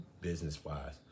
business-wise